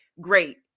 great